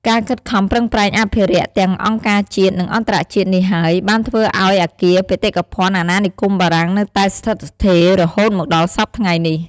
ការខិតខំប្រឹងប្រែងអភិរក្សទាំងអង្គការជាតិ និងអន្តរជាតិនេះហើយបានធ្វើអោយអគារបេតិកភណ្ឌអាណានិគមបារាំងនៅតែស្ថិតស្ថេររហូតមកដល់សព្វថ្ងៃនេះ។